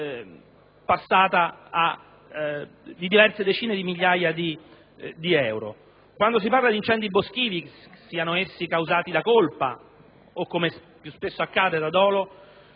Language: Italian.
passata a diverse decine di migliaia di ettari. Quando si parla di incendi boschivi, siano essi causati da colpa, o - come più spesso accade - da dolo,